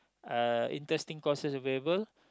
uh interesting courses available